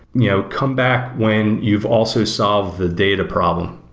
you know come back when you've also solved the data problem,